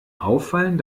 auffallen